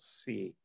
see